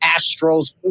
Astros